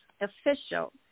official